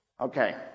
Okay